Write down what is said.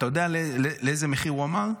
אתה יודע איזה מחיר הוא אמר?